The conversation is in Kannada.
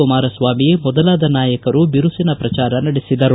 ಕುಮಾರಸ್ಥಾಮಿ ಮೊದಲಾದ ನಾಯಕರು ಬಿರುಸಿನ ಪ್ರಚಾರ ನಡೆಸಿದರು